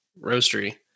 Roastery